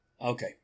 okay